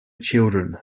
children